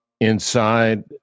inside